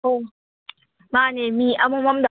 ꯑꯣ ꯃꯥꯅꯦ ꯃꯤ ꯑꯃꯃꯝꯗ